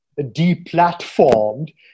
deplatformed